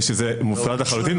שזה מופרד לחלוטין.